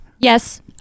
yes